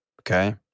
okay